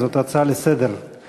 זאת הצעה לסדר-היום.